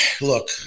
Look